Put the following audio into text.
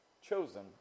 chosen